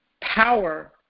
power